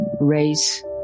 race